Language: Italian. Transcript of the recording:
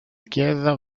chiesa